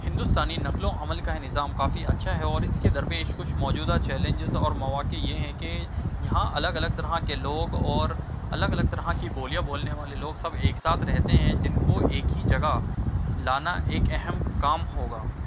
ہندوستانی نقل و حمل کا نظام کافی اچھا ہے اور اس کے درپیش کچھ موجودہ چیلنجز اور مواقع یہ ہیں کہ یہاں الگ الگ طرح کے لوگ اور الگ الگ طرح کی بولیاں بولنے والے لوگ سب ایک ساتھ رہتے ہیں جن کو ایک ہی جگہ لانا ایک اہم کام ہوگا